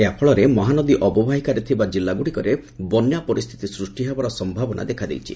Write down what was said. ଏହାଫଳରେ ମହାନଦୀ ଅବବାହିକାରେ ଥିବା ଜିଲ୍ଲା ଗୁଡ଼ିକରେ ବନ୍ୟା ପରିସ୍ଚିତି ସୃଷ୍ ହେବାର ସମ୍ଠାବନା ଦେଖାଦେଇଛି